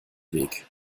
weg